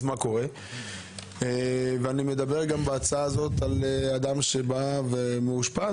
אני מדבר בהצעה הזו על אדם שמאושפז,